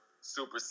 Super